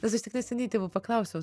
nes aš tik neseniai tėvų paklausiau